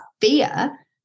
fear